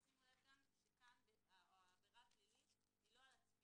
שימו לב גם שהעבירה הפלילית היא לא על הצפייה.